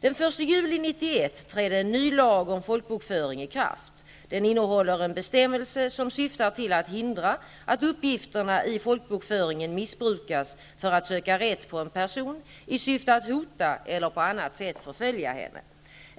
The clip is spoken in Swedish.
Den 1 juli 1991 trädde en ny lag om folkbokföring i kraft . Den innehåller en bestämmelse som syftar till att hindra att uppgifterna i folkbokföringen missbrukas för att söka rätt på en person i syfte att hota eller på annat sätt förfölja henne.